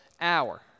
hour